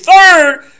Third